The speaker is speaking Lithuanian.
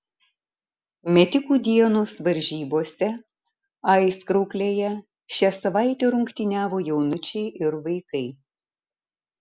metikų dienos varžybose aizkrauklėje šią savaitę rungtyniavo jaunučiai ir vaikai